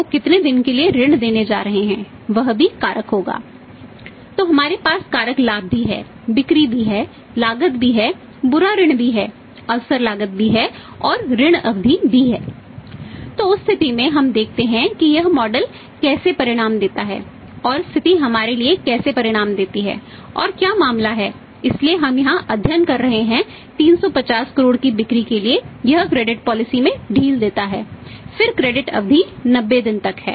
तो कितने क्रेडिट अवधि 90 दिनों तक है